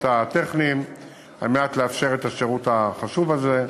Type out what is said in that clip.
הטכניים על מנת לאפשר את השירות החשוב הזה.